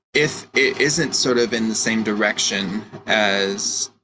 if it isn't sort of in the same direction as,